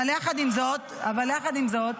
ראש הממשלה התחייב.